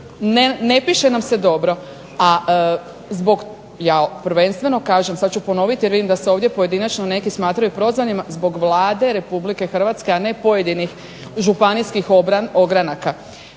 ne piše nam se dobro. Ja prvenstveno kažem, sada ću ponoviti jer vidim da se ovdje pojedinačno neki smatraju prozvanima, zbog Vlade Republike Hrvatske a ne pojedinih županijskih ogranaka.